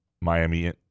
Miami